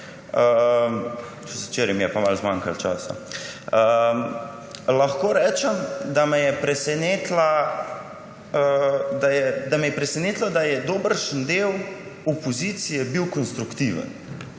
vse, včeraj mi je pa malo zmanjkalo časa. Lahko rečem, da me je presenetilo, da je bil dobršen del opozicije konstruktiven.